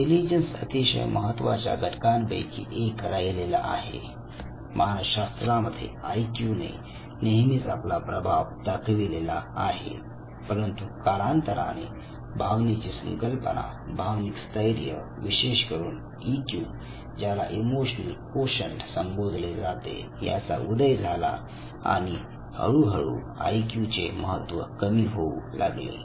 intelligence अतिशय महत्त्वाच्या घटकांपैकी एक राहिलेला आहे मानसशास्त्रामध्ये आई क्यू ने नेहमीच आपला प्रभाव दाखविलेला आहे परंतु कालांतराने भावनेची संकल्पना भावनिक स्थैर्य विशेष करून इ क्यू ज्याला इमोशनल कोशंट संबोधले जाते याचा उदय झाला आणि हळूहळू आई क्यू चे महत्व कमी होऊ लागले